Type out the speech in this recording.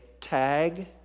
tag